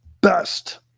best